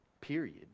period